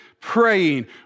praying